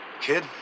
Kid